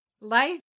life